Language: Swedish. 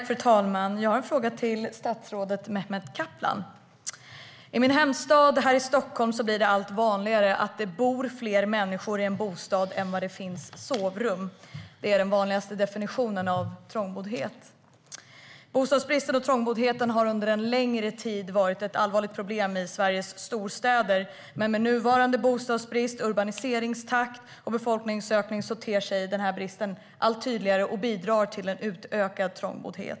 Fru talman! Jag har en fråga till statsrådet Mehmet Kaplan. I min hemstad Stockholm blir det allt vanligare att det bor fler människor i en bostad än vad det finns sovrum. Det är den vanligaste definitionen av trångboddhet. Bostadsbristen och trångboddheten har under en längre tid varit ett allvarligt problem i Sveriges storstäder, men med nuvarande bostadsbrist, urbaniseringstakt och befolkningsökning framträder denna brist allt tydligare och bidrar till en utökad trångboddhet.